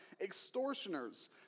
Extortioners